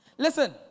Listen